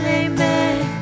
amen